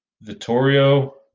Vittorio